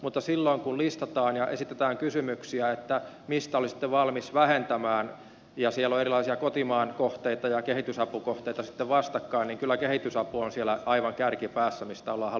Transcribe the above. mutta silloin kun listataan ja esitetään kysymyksiä että mistä olisitte valmis vähentämään ja siellä on erilaisia kotimaan kohteita ja kehitysapukohteita sitten vastakkain niin kyllä kehitysapu on siellä aivan kärkipäässä mistä ollaan halukkaita leikkaamaan